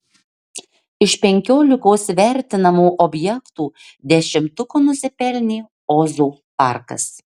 iš penkiolikos vertinamų objektų dešimtuko nusipelnė ozo parkas